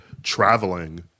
traveling